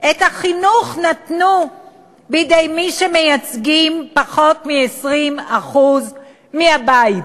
את החינוך נתנו בידי מי שמייצגים פחות מ-20% מהבית,